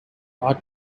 ought